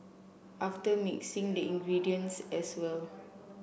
after mixing the ingredients as well